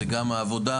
זה גם העבודה,